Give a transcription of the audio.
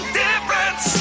difference